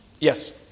Yes